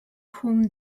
whom